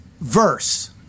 Verse